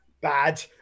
bad